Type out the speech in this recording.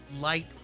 light